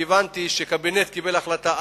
כי הבנתי שהקבינט קיבל החלטה,